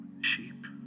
sheep